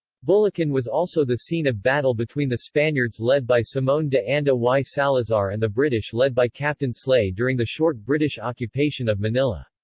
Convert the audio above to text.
bulakan was also the scene of battle between the spaniards led by simon de anda y salazar and the british led by captain slay during the short british occupation of manila.